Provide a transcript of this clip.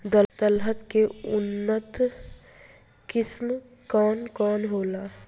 दलहन के उन्नत किस्म कौन कौनहोला?